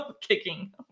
kicking